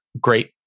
Great